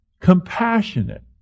compassionate